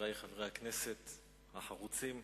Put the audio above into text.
חברי חברי הכנסת החרוצים,